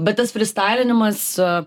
bet tas frystailinimas a